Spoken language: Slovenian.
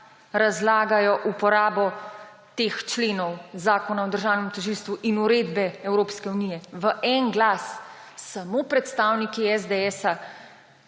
razlaga uporabo teh členov Zakona o državnem tožilstvu in uredbe Evropske unije. V en glas! Samo predstavniki SDS